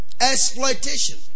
Exploitation